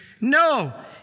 No